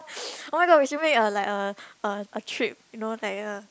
oh-my-god we should make like a a a trip you know like a